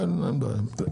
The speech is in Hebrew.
אין בעיה.